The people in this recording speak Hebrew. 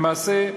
למעשה,